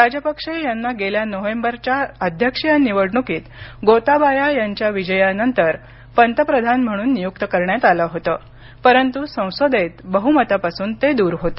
राजपक्षे यांना गेल्या नोव्हेंबरच्या अध्यक्षीय निवडणुकीत गोताबाया यांच्या विजयानंतर पंतप्रधान म्हणून नियुक्त करण्यात आले होते परंतु संसदेत बहुमतापासून ते दूर होते